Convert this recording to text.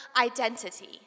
identity